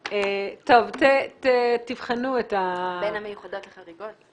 --- טוב, תבחנו את --- בין המיוחדות לחריגות?